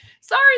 sorry